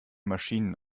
maschinen